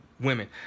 women